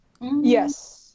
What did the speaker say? Yes